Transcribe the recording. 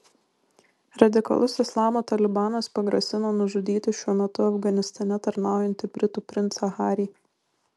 radikalus islamo talibanas pagrasino nužudyti šiuo metu afganistane tarnaujantį britų princą harį